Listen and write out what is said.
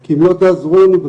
כי אם לא תעזרו בטיפול